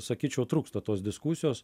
sakyčiau trūksta tos diskusijos